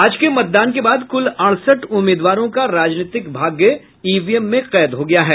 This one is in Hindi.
आज के मतदान के बाद कुल अड़सठ उम्मीदवारों का राजनीतिक भाग्य ईवीएम में कैद हो गया है